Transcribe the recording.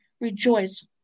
rejoice